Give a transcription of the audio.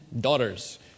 daughters